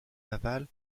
navale